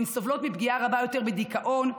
הן סובלות מפגיעה רבה יותר בדיכאון,